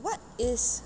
what is